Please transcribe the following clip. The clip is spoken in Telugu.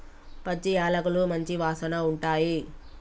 పచ్చి యాలకులు మంచి వాసన ఉంటాయి